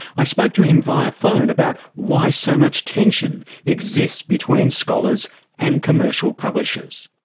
i spoke to him via phone about why so much tension exists between scholars and commercial publishers.